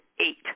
eight